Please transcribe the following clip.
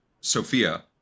Sophia